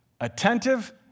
attentive